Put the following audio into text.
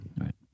right